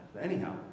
Anyhow